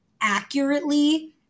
accurately